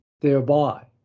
thereby